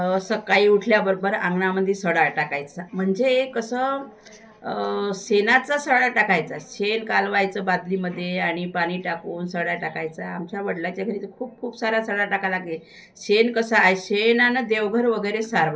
सकाळी उठल्याबरोबर आंगणामध्ये सडा टाकायचा म्हणजे कसं शेणाचा सडा टाकायचा शेण कालवायचं बादलीमध्ये आणि पाणी टाकून सडा टाकायचा आमच्या वडलाच्या घरी तर खूप खूप साऱ्या सडा टाकाय लागे शेण कसं आहे शेणानं देवघर वगैरे सारवायचं